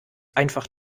einfach